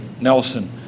Nelson